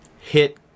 hit